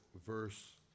verse